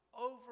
over